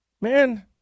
man